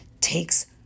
takes